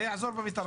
זה יעזור בפתרון.